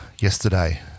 yesterday